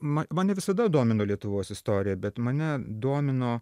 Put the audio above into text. ma mane visada domino lietuvos istorija bet mane domino